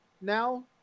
now